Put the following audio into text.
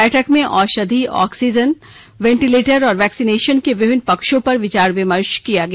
बैठक में औषधि ऑक्सीजन वेंटीलेटर और वैक्सीनेशन के विभिन्न पक्षों पर विचार विमर्श किया गया